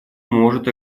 может